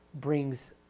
brings